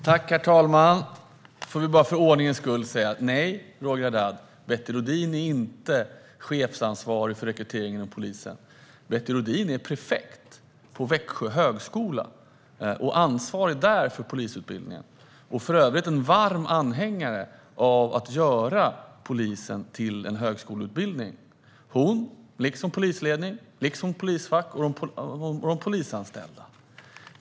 Herr talman! Jag vill för ordningens skull säga följande: Nej, Betty Rohdin är inte ansvarig chef för rekryteringen inom polisen. Betty Rohdin är prefekt på Växjö högskola och ansvarig för polisutbildningen där. Hon är för övrigt en varm anhängare av att göra polisutbildningen till en högskoleutbildning - liksom polisledning, polisfacket och de polisanställda är det.